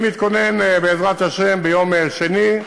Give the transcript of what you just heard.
אני מתכונן, בעזרת השם, ביום שני,